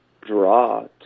draw